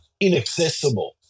inaccessible